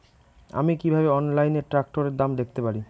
আমি কিভাবে অনলাইনে ট্রাক্টরের দাম দেখতে পারি?